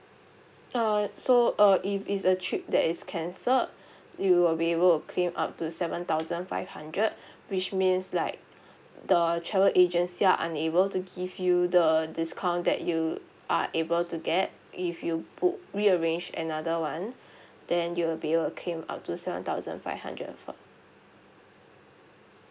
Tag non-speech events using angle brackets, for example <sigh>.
uh so uh if it's a trip that is cancelled <breath> you will be able to claim up to seven thousand five hundred <breath> which means like <breath> the travel agency are unable to give you the discount that you are able to get if you book rearrange another one <breath> then you will be able to claim up to seven thousand five hundred f~